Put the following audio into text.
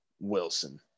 Wilson